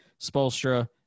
Spolstra